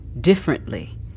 differently